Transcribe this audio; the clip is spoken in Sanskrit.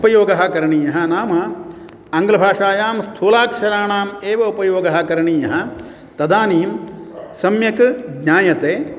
उपयोगः करणीयः नाम आङ्ग्लभाषायां स्थूलाक्षराणाम् एव उपयोगः करणीयः तदानीं सम्यक् ज्ञायते